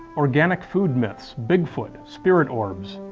organic food myths, bigfoot, spirit orbs.